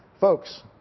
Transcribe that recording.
Folks